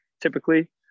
typically